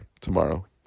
tomorrow